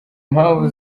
impamvu